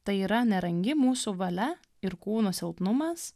tai yra nerangi mūsų valia ir kūno silpnumas